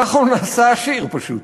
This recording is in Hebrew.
ככה הוא נעשה עשיר, פשוט.